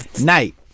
night